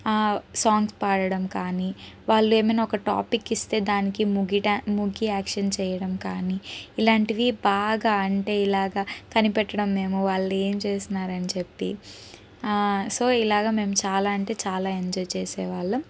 songs పాడడం కానీ వాళ్ళు ఏమైనా ఒక టాపిక్ ఇస్తే దానికి ముగిడా మూకీ యాక్షన్ చేయడం కానీ ఇలాంటివి బాగా అంటే ఇలాగా కనిపెట్టడం మేము వాళ్ళు ఏం చేస్తున్నారని చెప్పి సో ఇలాగ మేము చాలా అంటే చాలా ఎంజాయ్ చేసేవాళ్ళం